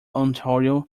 ontario